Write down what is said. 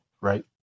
right